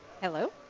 Hello